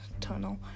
tunnel